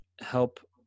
help